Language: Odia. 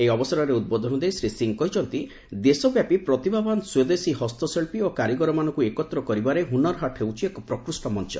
ଏହି ଅବସରରେ ଉଦ୍ବୋଧନ ଦେଇ ଶ୍ରୀ ସିଂହ କହିଛନ୍ତି ଦେଶବ୍ୟାପୀ ପ୍ରତିଭାବାନ୍ ସ୍ୱଦେଶୀ ହସ୍ତଶିଳ୍ପୀ ଓ କାରିଗରମାନଙ୍କୁ ଏକତ୍ର କରିବାରେ ହୁନର୍ ହାଟ୍ ହେଉଛି ଏକ ପ୍ରକୃଷ୍ଟ ମଞ୍ଚ